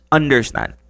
understand